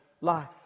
life